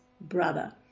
brother